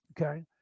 okay